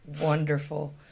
wonderful